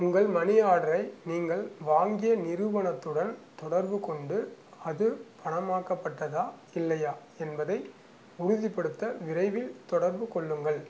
உங்கள் மணி ஆர்டரை நீங்கள் வாங்கிய நிறுவனத்துடன் தொடர்பு கொண்டு அது பணமாக்கப்பட்டதா இல்லையா என்பதை உறுதிப்படுத்த விரைவில் தொடர்பு கொள்ளுங்கள்